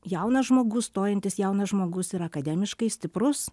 jaunas žmogus stojantis jaunas žmogus yra akademiškai stiprus